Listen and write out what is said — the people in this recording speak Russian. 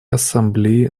ассамблее